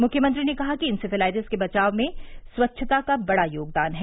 मुख्यमंत्री ने कहा कि इंसेफ्लाइटिस से बचाव में स्वच्छता का बड़ा योगदान है